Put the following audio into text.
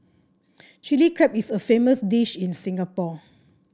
Chilli Crab is a famous dish in Singapore